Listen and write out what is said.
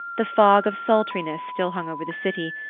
the fog of sultriness still hung over the city,